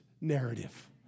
narrative